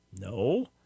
No